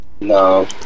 No